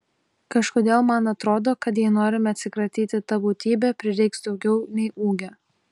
kažkodėl man atrodo kad jei norime atsikratyti ta būtybe prireiks daugiau nei ūgio